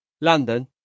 London